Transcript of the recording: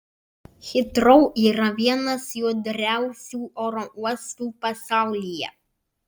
hitrou yra vienas judriausių oro uostų pasaulyje